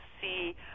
see